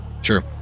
Sure